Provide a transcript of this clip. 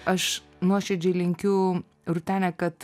aš nuoširdžiai linkiu rūtene kad